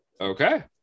Okay